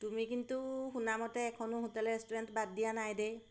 তুমি কিন্তু শুনামতে এখনো হোটেল ৰেষ্টুৰেণ্ট বাদ দিয়া নাই দেই